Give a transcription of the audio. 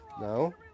No